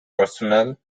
personnel